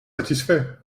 satisfait